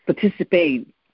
participate